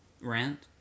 Rent